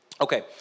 Okay